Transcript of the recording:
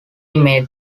made